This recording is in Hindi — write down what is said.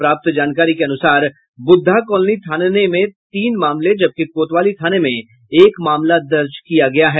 प्राप्त जानकारी के अनुसार बुद्धा कॉलोनी थाने में तीन मामले जबकि कोतवाली थाने में एक मामला दर्ज किया गया है